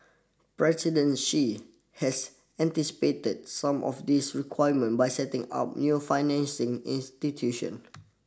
President Xi has anticipated some of these requirement by setting up new financing institution